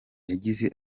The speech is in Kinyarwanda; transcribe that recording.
yagize